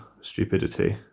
stupidity